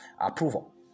approval